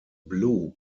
blue